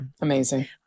Amazing